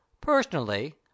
Personally